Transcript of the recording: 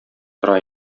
тора